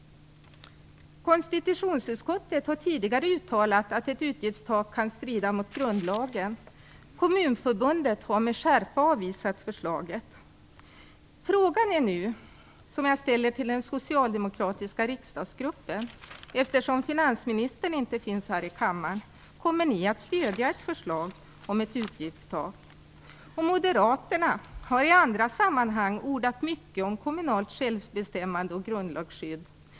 Konstitutionsutskottet har tidigare uttalat att ett utgiftstak kan strida mot grundlagen. Kommunförbundet har med skärpa avvisat förslaget. Den fråga som jag ställer till den socialdemokratiska riksdagsgruppen, eftersom finansministern inte finns i kammaren, gäller om man kommer att stödja ett förslag om ett utgiftstak. Moderaterna har i andra sammanhang ordat mycket om kommunalt självbestämmande och grundlagsskydd.